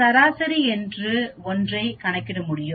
சராசரி என்று ஒன்றை கணக்கிட முடியும்